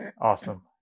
Awesome